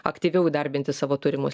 aktyviau įdarbinti savo turimus